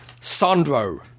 sandro